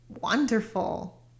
wonderful